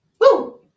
Woo